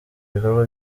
ibikorwa